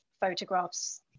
photographs